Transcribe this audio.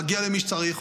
מגיע למי שצריך,